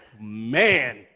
Man